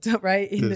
right